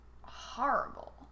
horrible